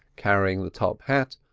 carrying the top-hat,